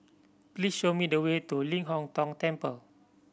please show me the way to Ling Hong Tong Temple